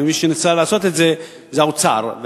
ומי שניסה לעשות את זה זה האוצר,